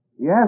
Yes